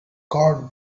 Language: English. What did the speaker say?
guard